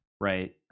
Right